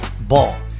Ball